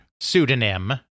pseudonym